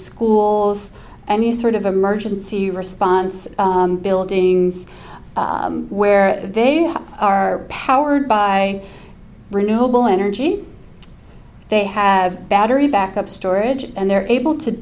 schools and the sort of emergency response buildings where they are powered by renewable energy they have battery backup storage and they're able to